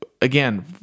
Again